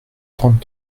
trente